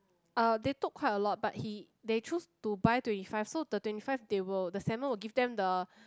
uh they took quite a lot but he they choose to buy twenty five so the twenty five they will the Samuel will give them the